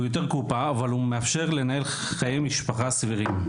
הוא יותר קופה אבל הוא מאפשר לנהל חיי משפחה סבירים.